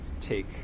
take